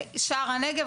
שער הנגב,